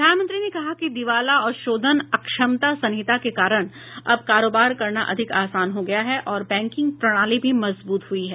प्रधानमंत्री ने कहा कि दीवाला और शोधन अक्षमता संहिता के कारण अब कारोबार करना अधिक आसान हो गया है और बैंकिंग प्रणाली भी मजबूत हुई है